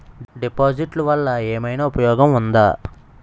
డిపాజిట్లు వల్ల ఏమైనా ఉపయోగం ఉందా?